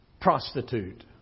prostitute